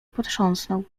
potrząsnął